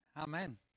Amen